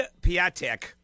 Piatek